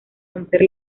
romper